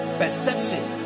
perception